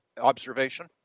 observation